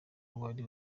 wari